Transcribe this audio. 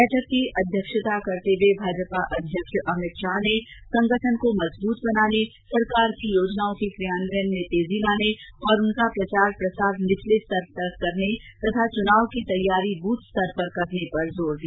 बैठक की अध्यक्षता करते हये भाजपा अध्यक्ष अभित शाह ने संगठन को मजबूत बनाने सरकार की योजनाओं के कार्यान्वयन में तेजी लाने और उसका प्रचार प्रसार निचले स्तर तक करने तथा चुनाव की तैयारी बूथ स्तर पर करने पर जोर दिया